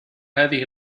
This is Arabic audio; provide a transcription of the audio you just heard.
هذه